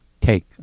take